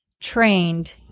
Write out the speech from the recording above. trained